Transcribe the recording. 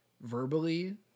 verbally